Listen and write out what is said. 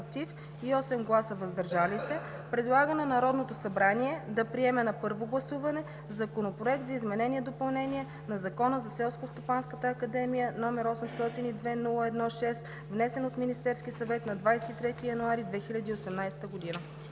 и 8 гласа “въздържали се” предлага на Народното събрание да приеме на първо гласуване Законопроект за изменение и допълнение на Закона за Селскостопанската академия, № 802-01-6, внесен от Министерския съвет на 23 януари 2018 г.“